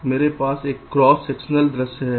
इसलिए यदि मेरे पास एक क्रॉस सेक्शनल दृश्य है